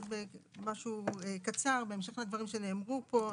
משהו קצר, בהמשך לדברים שנאמרו פה.